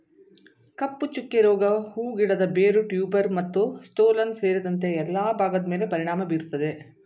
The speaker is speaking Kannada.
ಕಪ್ಪುಚುಕ್ಕೆ ರೋಗ ಹೂ ಗಿಡದ ಬೇರು ಟ್ಯೂಬರ್ ಮತ್ತುಸ್ಟೋಲನ್ ಸೇರಿದಂತೆ ಎಲ್ಲಾ ಭಾಗದ್ಮೇಲೆ ಪರಿಣಾಮ ಬೀರ್ತದೆ